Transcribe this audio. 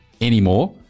anymore